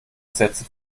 sätze